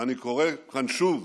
ואני קורא כאן, שוב,